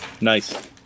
Nice